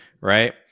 Right